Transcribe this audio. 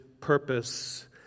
purpose